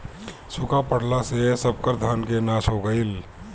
सुखा पड़ला से सबकर धान के नाश हो गईल